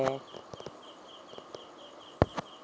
ದ್ವಿದಳ ಧಾನ್ಯಗಳ ಬೆಳೆಯಲ್ಲಿ ಕೀಟನಾಶಕವನ್ನು ಯಾವ ರೀತಿಯಲ್ಲಿ ಬಿಡ್ತಾರೆ?